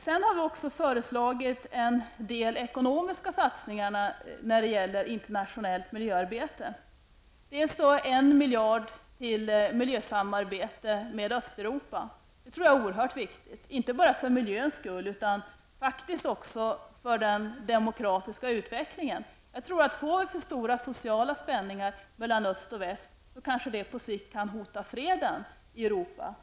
Sedan har vi föreslagit en del ekonomiska satsningar när det gäller internationellt miljöarbete. Vi föreslår 1 miljard till miljösamarbete med Östeuropa. Det tror jag är oerhört viktigt, inte bara för miljöns skull utan faktiskt också för den demokratiska utvecklingen. Jag tror att om vi får för stora sociala spänningar mellan öst och väst, kanske det på sikt t.o.m. hotar freden i Europa.